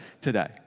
today